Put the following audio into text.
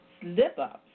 slip-ups